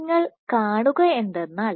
നിങ്ങൾ കാണുക എന്തെന്നാൽ